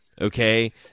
Okay